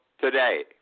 today